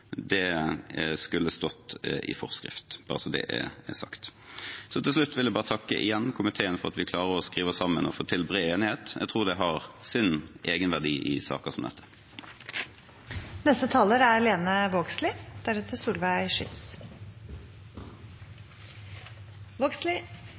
Det skulle stått «i forskrift» – bare så det er sagt. Til slutt vil jeg igjen takke komiteen for at vi klarer å skrive oss sammen og få til bred enighet. Jeg tror det har sin egenverdi i saker som